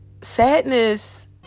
sadness